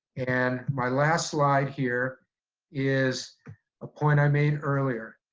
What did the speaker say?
and my last slide here is a point i made earlier,